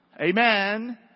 Amen